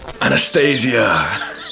Anastasia